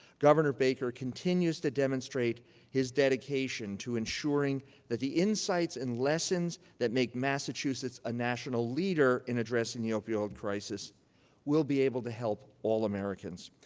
governor baker continues to demonstrate his dedication to ensuring that the insights and lessons that make massachusetts a national leader in addressing the opioid crisis will be able to help all americans.